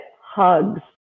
hugs